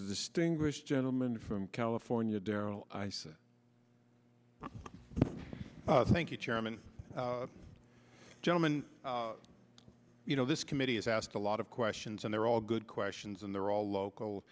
distinguished gentleman from california darrell i said thank you chairman gentlemen you know this committee is asked a lot of questions and they're all good questions and they're all local